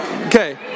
Okay